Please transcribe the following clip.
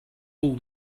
all